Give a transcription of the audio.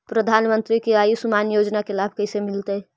प्रधानमंत्री के आयुषमान योजना के लाभ कैसे मिलतै?